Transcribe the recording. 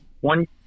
one